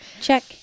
Check